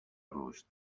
رشد